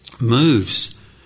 moves